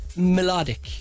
melodic